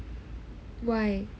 why